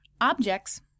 Objects